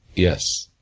yes.